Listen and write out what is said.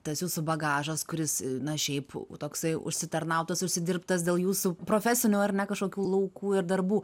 tas jūsų bagažas kuris na šiaip toksai užsitarnautas užsidirbtas dėl jūsų profesinių ar ne kažkokių laukų ir darbų